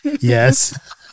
Yes